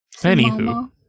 Anywho